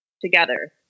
together